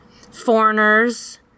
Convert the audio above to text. Foreigners